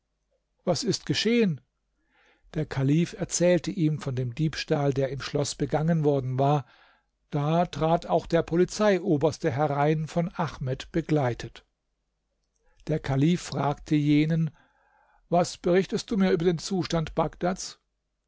was ist geschehen der kalif erzählte ihm von dem diebstahl der im schloß begangen worden war da trat auch der polizeioberste herein von ahmed begleitet der kalif fragte jenen was berichtest du mir über den zustand bagdads